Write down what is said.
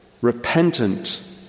repentant